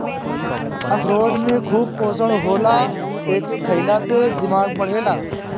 अखरोट में खूब पोषण होला एके खईला से दिमाग बढ़ेला